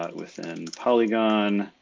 ah within polygon.